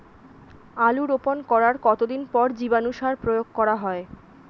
আলু রোপণ করার কতদিন পর জীবাণু সার প্রয়োগ করা হয়?